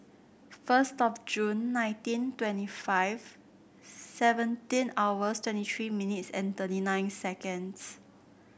first of Jun nineteen twenty five seventeen hours twenty three minutes and thirty nine seconds